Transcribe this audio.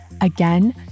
Again